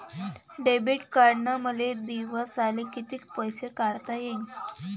Debit कार्डनं मले दिवसाले कितीक पैसे काढता येईन?